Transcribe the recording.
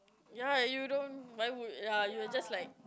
ya you don't why would ya you just like